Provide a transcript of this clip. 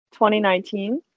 2019